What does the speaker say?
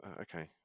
Okay